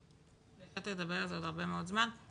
יכולנו לדבר על זה עוד הרבה מאוד זמן.